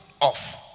off